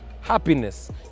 happiness